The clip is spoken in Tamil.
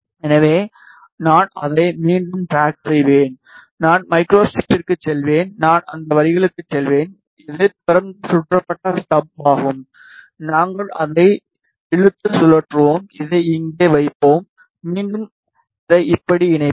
எனவே நான் அதை மீண்டும் ட்ராக் செய்வேன் நான் மைக்ரோஸ்டிரிப்பிற்கு செல்வேன் நான் அந்த வரிகளுக்கு செல்வேன் இது திறந்த சுற்றப்பட்ட ஸ்டப் ஆகும் நாங்கள் அதை இழுத்து சுழற்றுவோம் அதை இங்கே வைப்போம் மீண்டும் இதை இப்படி இணைப்பேன்